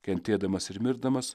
kentėdamas ir mirdamas